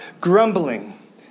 grumbling